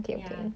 ya